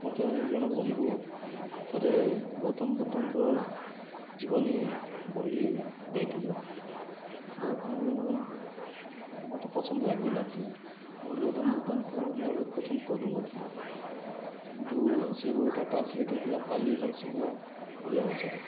ମୋତେ ଜଣେ ବନ୍ଧୁ ଥରେ ଗୌତମ ବୁଦ୍ଧଙ୍କ ଜୀବନୀ ବହି ଦେଇଥିଲେ ଯାହାକୁ ମୁଁ ମୋତେ ପସନ୍ଦ ଲାଗିନଥିଲା ମୁ ଗୌତମ ବୁଦ୍ଧଙ୍କୁ ମୁଁ ଆଗରୁ ପସନ୍ଦ କରୁନଥିଲି କିନ୍ତୁ ସେଇ ବହିଟା ଟ୍ରାନ୍ସଲେଟ୍ ହେଇଥିଲା ପାଲିରୁ ସିଧା ଓଡ଼ିଆ ଭାଷାରେ